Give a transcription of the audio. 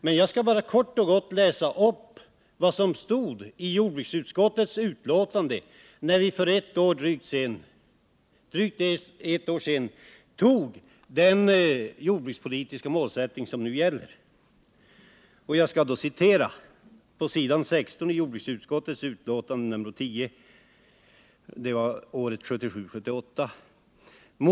Men jag skall kort och gott läsa upp vad som stod i jordbruksutskottets betänkande när vi för drygt ett år sedan antog den jordbrukspolitiska målsättning som nu gäller. Jag citerar från s. 16 i jordbruksutskottets betänkande 1977/78:10.